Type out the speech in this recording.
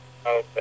Okay